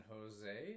Jose